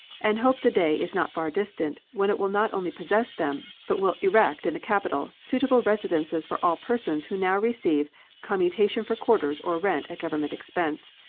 and hope the day is not far distant when it will not only possess them, but will erect in the capital suitable residences for all persons who now receive commutation for quarters or rent at government expense,